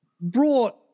brought